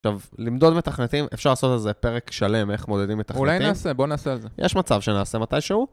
עכשיו, למדוד מתכנתים, אפשר לעשות על זה פרק שלם, איך מודדים מתכנתים. אולי נעשה, בוא נעשה את זה. יש מצב שנעשה, מתישהו.